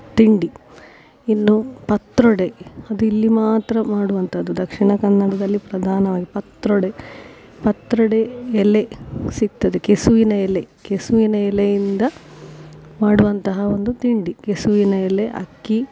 ತಿಂಡಿ ಇನ್ನು ಪತ್ರೊಡೆ ಅದು ಇಲ್ಲಿ ಮಾತ್ರ ಮಾಡುವಂಥದ್ದು ದಕ್ಷಿಣ ಕನ್ನಡದಲ್ಲಿ ಪ್ರಧಾನವಾಗಿ ಪತ್ರೊಡೆ ಪತ್ರೊಡೆ ಎಲೆ ಸಿಗ್ತದೆ ಕೆಸುವಿನ ಎಲೆ ಕೆಸುವಿನ ಎಲೆಯಿಂದ ಮಾಡುವಂತಹ ಒಂದು ತಿಂಡಿ ಕೆಸುವಿನ ಎಲೆ ಅಕ್ಕಿ